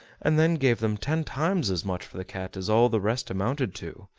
and then gave them ten times as much for the cat as all the rest amounted to.